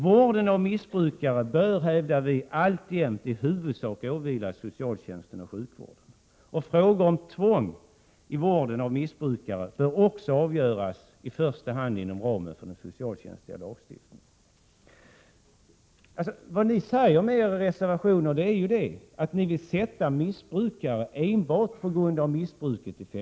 Vården av missbrukare bör, hävdar vi, alltjämt i huvudsak åvila socialtjänsten och sjukvården. Frågor om tvång i vården av missbrukare bör också avgöras i första hand inom ramen för socialtjänstlagstiftningen. Vad ni säger med er reservation är ju att ni vill sätta missbrukare i fängelse enbart på grund av missbruket.